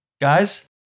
Guys